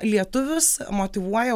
lietuvius motyvuoja